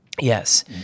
Yes